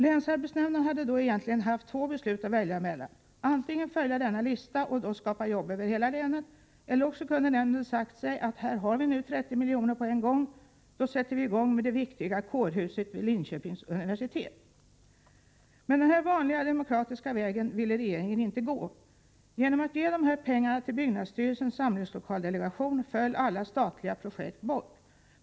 Länsarbetsnämnden hade då egentligen haft två beslut att välja mellan, antingen att följa denna lista och skapa jobb över hela länet eller också att säga sig: Här har vi nu 30 milj.kr. på en gång; då sätter vi i gång med det viktiga kårhuset vid Linköpings universitet. Men den här vanliga demokratiska vägen ville regeringen inte gå. Genom att man gav dessa pengar till byggnadsstyrelsens samlingslokaldelegation föll alla statliga projekt bort.